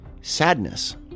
sadness